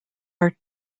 are